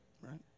Right